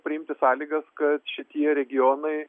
priimti sąlygas kad šitie regionai